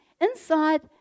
inside